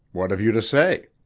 what have you to say?